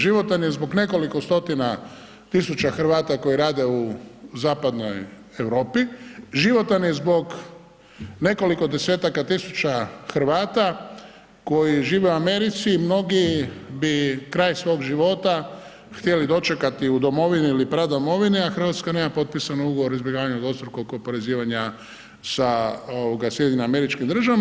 Životan je zbog nekoliko stotina tisuća Hrvata koji rade u zapadnoj Europi, životan je zbog nekoliko desetaka tisuća Hrvata koji žive u Americi i mnogi bi kraj svog života htjeli dočekati u domovini ili u pradomovini a Hrvatska nema potpisan ugovor o izbjegavanju dvostrukog oporezivanja sa SAD-om.